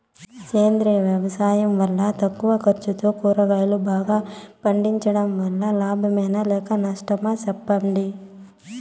సేంద్రియ వ్యవసాయం వల్ల తక్కువ ఖర్చుతో కూరగాయలు బాగా పండించడం వల్ల లాభమేనా లేక నష్టమా సెప్పండి